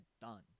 done